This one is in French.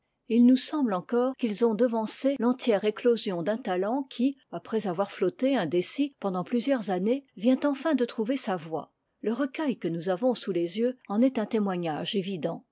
il nous semble encore qu'ils ont devancé l'entière éclosion d'un talent qui après avoir flotté indécis pendant plusieurs années vient enfin de trouver sa voie le recueil que nous avons sous les yeux en est un témoignage évident